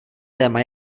téma